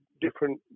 different